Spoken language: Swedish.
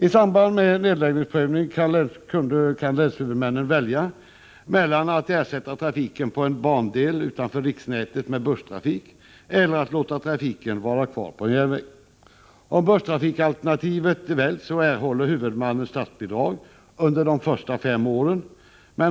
I samband med nedläggningsprövning kan länshuvudmännen välja mellan att ersätta trafiken på en bandel utanför riksnätet med busstrafik eller att låta trafiken vara kvar på järnväg. Om busstrafikalternativet väljs erhåller huvudmannen statsbidrag under de första fem åren.